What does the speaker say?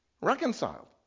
reconciled